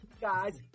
guys